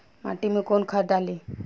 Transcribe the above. माटी में कोउन खाद डाली?